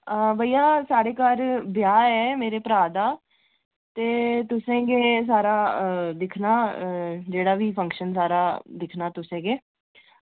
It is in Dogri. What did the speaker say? भैया साढ़े घर ब्याह् ऐ मेरे भ्राऽ दा ते तुसें गै सारा दिक्खना जेह्ड़ा बी फंक्शन सारा दिक्खना तुसें गै